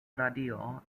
radio